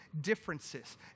differences